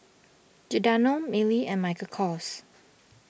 Giordano Mili and Michael Kors